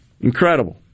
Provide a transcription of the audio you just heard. Incredible